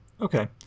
Okay